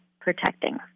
protecting